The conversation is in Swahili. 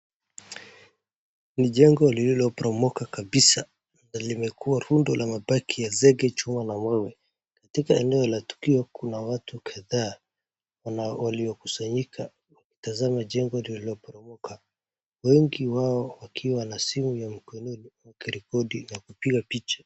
Ni jengo lililoporomoka kabisa na limekuwa rudo la mabaki ya zege, chuma na mawe. Katika eneo la tukio, kuna watu kadhaa walikusanyika wakitazama jengo lililoporomoka. Wengi wao wakiwa na simu ya mkononi wakirekodi na kupiga picha.